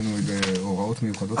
יש לנו הוראות מיוחדות?